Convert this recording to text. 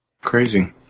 Crazy